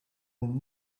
than